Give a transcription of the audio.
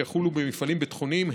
שיחולו במפעלים ביטחוניים,